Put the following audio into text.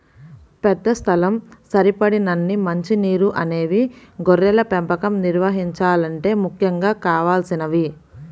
పెద్ద స్థలం, సరిపడినన్ని మంచి నీరు అనేవి గొర్రెల పెంపకం నిర్వహించాలంటే ముఖ్యంగా కావలసినవి